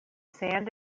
sand